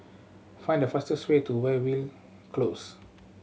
find the fastest way to Weyhill Close